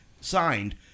signed